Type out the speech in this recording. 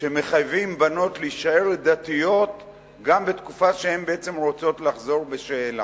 שמחייבים בנות להישאר דתיות גם בתקופה שהן בעצם רוצות לחזור בשאלה.